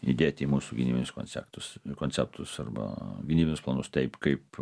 įdėti į mūsų gynybinius konceptus konceptus arba gynybinius planus taip kaip